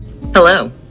Hello